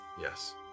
Yes